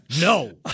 no